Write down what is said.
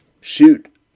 Shoot